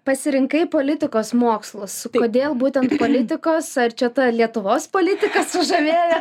pasirinkai politikos mokslus todėl būtent politikos ar čia ta lietuvos politika sužavėjo